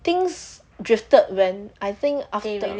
things drifted when I think after